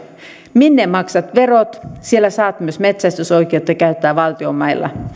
minne maksat verot siellä saat myös metsästysoikeutta käyttää valtion mailla